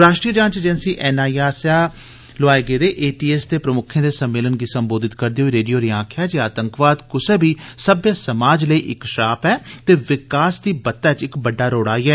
राष्ट्रीय जांच agency NIA आस्सेआ लोाए गेदे एटीएस दे प्रमुक्खें दे सम्मेलन गी संबोधत करदे होई रेड्डी होरें आक्खेआ जे आतंकवाद कुसै बी सभ्य समाज लेई इक श्राप ऐ ते विकास दी बत्तै च इक बड्डा रोड़ ऐ